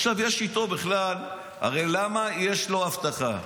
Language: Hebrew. עכשיו יש איתו בכלל, הרי למה יש לו אבטחה?